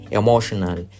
emotional